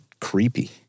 creepy